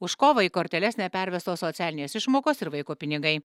už kovą į korteles nepervestos socialinės išmokos ir vaiko pinigai